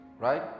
right